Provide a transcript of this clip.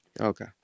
Okay